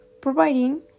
providing